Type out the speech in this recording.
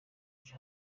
ejo